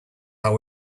how